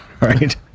Right